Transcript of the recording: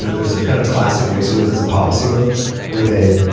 ah there's a kind of classic way someone does a policy book where they.